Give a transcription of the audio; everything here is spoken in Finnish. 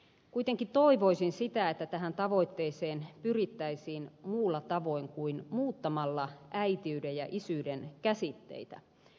kuitenkin toivoisin sitä että tähän tavoitteeseen pyrittäisiin muulla tavoin kuin muuttamalla äitiyden ja isyyden käsitteitä